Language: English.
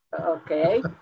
Okay